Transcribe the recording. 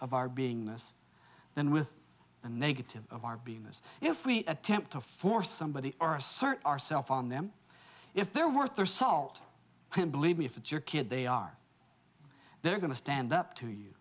of our being less than with the negative of our beingness if we attempt to force somebody or assert ourselves on them if they're worth their salt and believe me if it's your kid they are they're going to stand up to you